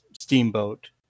Steamboat